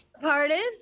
Pardon